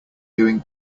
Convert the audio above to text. doing